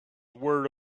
word